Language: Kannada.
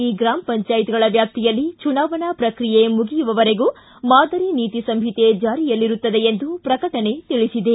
ಈ ಗ್ರಾಮ ಪಂಚಾಯತ್ಗಳ ವ್ಯಾಪ್ತಿಯಲ್ಲಿ ಚುನಾವಣಾ ಪ್ರಕ್ರಿಯೆ ಮುಗಿಯುವವರೆಗೂ ಮಾದರಿ ನೀತಿ ಸಂಹಿತೆ ಜಾರಿಯಲ್ಲಿರುತ್ತದೆ ಎಂದು ಪ್ರಕಟಣೆ ತಿಳಿಸಿದೆ